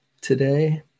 today